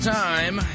time